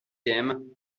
game